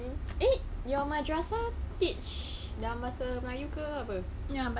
eh your madrasah teach dalam bahasa melayu ke apa